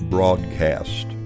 Broadcast